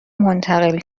منتقل